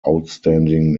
outstanding